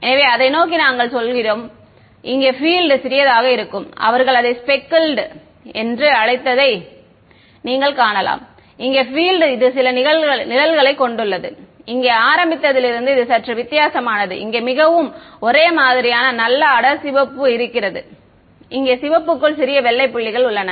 எனவே அதை நோக்கி நாங்கள் சொல்கிறோம் இங்கே பீல்ட் சிறியதாக இருக்கும் அவர்கள் அதை ஸ்பெக்கிள் என்று அழைத்ததை நீங்கள் காணலாம் இங்கே பீல்ட் இது சில நிழல்களைக் கொண்டுள்ளது இங்கே ஆரம்பத்திலிருந்தே இது சற்று வித்தியாசமானது இங்கே மிகவும் ஒரே மாதிரியான நல்ல அடர் சிவப்பு இருக்கிறது இங்கே சிவப்புக்குள் சிறிய வெள்ளை புள்ளிகள் உள்ளன